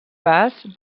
bas